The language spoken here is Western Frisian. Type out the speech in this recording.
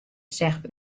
seach